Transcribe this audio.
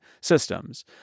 systems